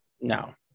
no